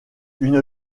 une